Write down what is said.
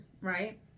right